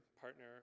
partner